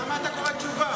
למה אתה קורא תשובה?